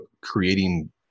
creating